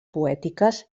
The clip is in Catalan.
poètiques